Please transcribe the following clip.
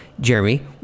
Jeremy